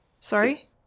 sorry